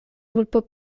vulpo